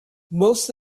most